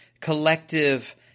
collective